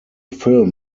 film